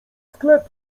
sklep